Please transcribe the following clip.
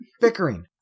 Bickering